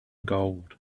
gold